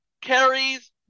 Carrie's